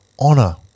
honor